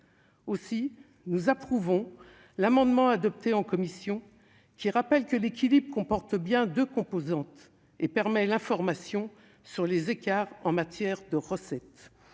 Aussi approuvons-nous l'amendement adopté en commission tendant à rappeler que l'équilibre comporte bien deux composantes et permet l'information sur les écarts en matière de recettes.